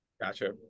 Gotcha